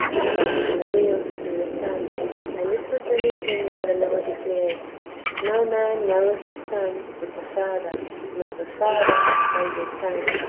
and has been revealed through the son and this was the reason why the lord declared no man knoweth the son, but the father nor the father, save the son,